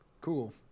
Cool